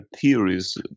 theories